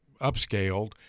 upscaled